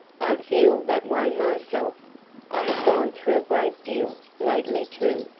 i feel that way myself i have gone through a great deal, lately, too.